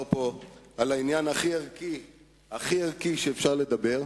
פה על העניין הכי ערכי שאפשר לדבר עליו.